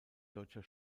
deutscher